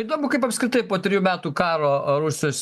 įdomu kaip apskritai po trijų metų karo rusijos